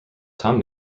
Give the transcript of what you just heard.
tom